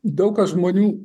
daug kas žmonių